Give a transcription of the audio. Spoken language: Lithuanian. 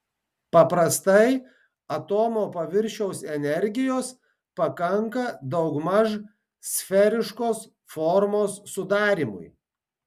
paprastai atomo paviršiaus energijos pakanka daugmaž sferiškos formos sudarymui